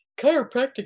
chiropractic